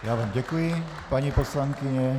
Já vám děkuji, paní poslankyně.